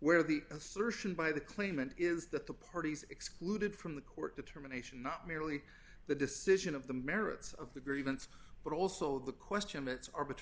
where the assertion by the claimant is that the parties excluded from the court determination not merely the decision of the merits of the grievance but also the question of its arbiter